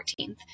14th